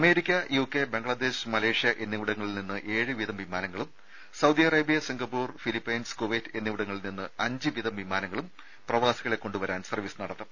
America UK Bangladesh Malaysia എന്നിവിടങ്ങളിൽ നിന്ന് ഏഴു വീതം വിമാനങ്ങളും Saudi Arabia Singapore Philippines Kuwait എന്നിവിടങ്ങളിൽ നിന്ന് അഞ്ച് വീതം വിമാനങ്ങളും പ്രവാസികളെ കൊണ്ടുവരാൻ സർവ്വീസ് നടത്തും